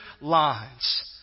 lines